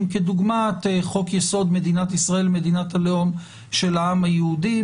כדוגמת חוק-יסוד: מדינת ישראל מדינת הלאום של העם היהודי,